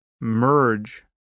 merge